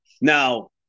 Now